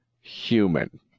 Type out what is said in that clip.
human